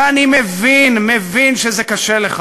ואני מבין, מבין שזה קשה לך